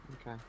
okay